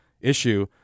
issue